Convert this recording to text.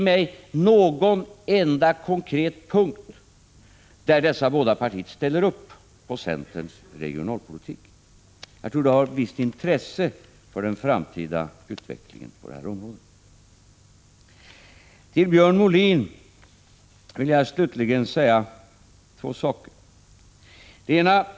Ange någon enda konkret punkt, där dessa båda partier ställer upp på centerns regionalpolitik? Det skulle vara av visst intresse för den framtida utvecklingen på detta område. Till Björn Molin vill jag slutligen säga två saker.